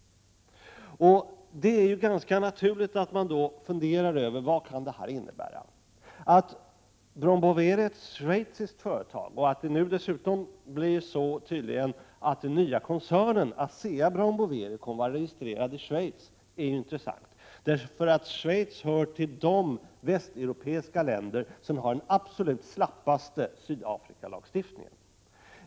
Det är ganska naturligt att man då funderar över vad detta kan innebära. Att Brown Boveri är ett schweiziskt företag och att det tydligen blir så att den nya koncernen —- ASEA-Brown Boveri - kommer att vara registrerad i Schweiz är intressant. Schweiz hör till de västeuropeiska länder som har den absolut slappaste Sydafrikalagstiftningen.